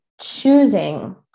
choosing